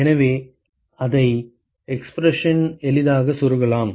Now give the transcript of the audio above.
எனவே அதை எக்ஸ்பிரஷனில் எளிதாக செருகலாம்